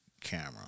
camera